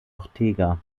ortega